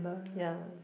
ya